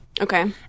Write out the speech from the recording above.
Okay